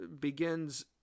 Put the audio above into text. begins